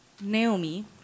Naomi